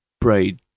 prayed